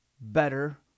better